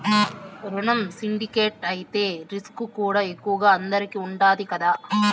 రునం సిండికేట్ అయితే రిస్కుకూడా ఎక్కువగా అందరికీ ఉండాది కదా